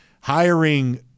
Hiring